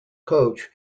coach